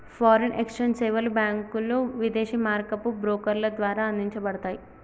foreign exchange సేవలు బ్యాంకులు, విదేశీ మారకపు బ్రోకర్ల ద్వారా అందించబడతయ్